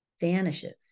vanishes